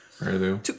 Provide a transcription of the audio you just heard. two